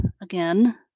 again